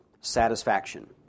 satisfaction